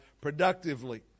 productively